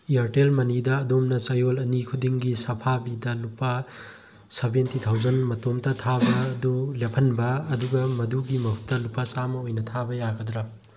Airtel ꯃꯅꯤꯗ ꯑꯗꯣꯝꯅ ꯆꯌꯣꯜ ꯑꯅꯤ ꯈꯨꯗꯤꯡꯒꯤ ꯁꯥꯐꯥꯕꯤꯗ ꯂꯨꯄꯥ ꯁꯕꯦꯟꯇꯤ ꯊꯥꯎꯖꯟ ꯃꯇꯣꯝꯇ ꯊꯥꯕ ꯑꯗꯨ ꯂꯦꯞꯍꯟꯕ ꯑꯗꯨꯒ ꯃꯗꯨꯒꯤ ꯃꯍꯨꯠꯇ ꯂꯨꯄꯥ ꯆꯥꯝꯃ ꯑꯣꯏꯅ ꯊꯥꯕ ꯌꯥꯒꯗ꯭ꯔꯥ